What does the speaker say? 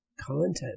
content